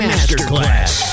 Masterclass